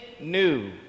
new